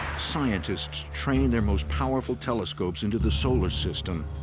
scientists train their most powerful telescopes into the solar system,